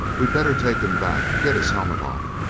we'd better take him back get his helmet off.